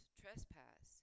trespass